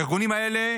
הארגונים האלה,